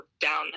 down